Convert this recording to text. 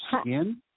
skin